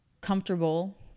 comfortable